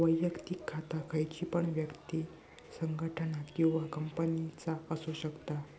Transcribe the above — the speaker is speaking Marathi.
वैयक्तिक खाता खयची पण व्यक्ति, संगठना किंवा कंपनीचा असु शकता